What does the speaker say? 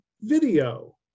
video